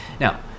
Now